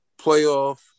playoff